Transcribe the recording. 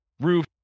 roof